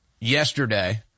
Yesterday